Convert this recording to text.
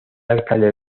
alcalde